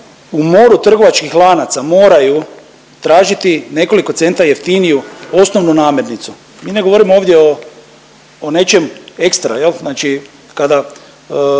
u moru trgovačkih lanaca moraju tražiti nekoliko centa jeftiniju osnovnu namirnicu. Mi ne govorimo ovdje o, o nečem ekstra jel, znači kada,